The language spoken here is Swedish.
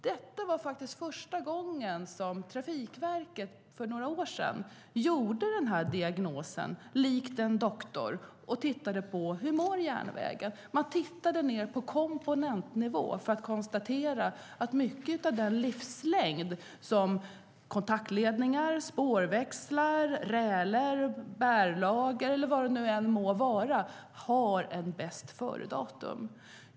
Det var faktiskt första gången som Trafikverket för några år sedan gjorde denna diagnos likt en doktor och tittade på hur järnvägen mådde. Man tittade ned på komponentnivå för att konstatera att kontaktledningar, spårväxlar, bärlager och vad det må vara har ett bästföredatum och en viss livslängd.